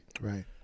Right